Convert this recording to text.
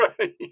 right